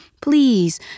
please